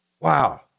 Wow